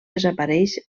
desapareix